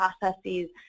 processes